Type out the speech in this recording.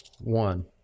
one